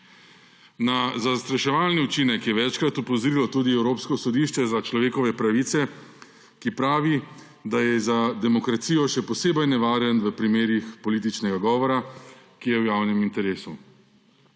Na zastraševalni učinek je večkrat opozorilo tudi Evropsko sodišče za človekove pravice, ki pravi, da je za demokracijo še posebej nevaren v primerih političnega govora, ki je v javnem interesu.